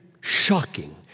shocking